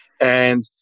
And-